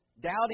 Doubting